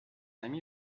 ami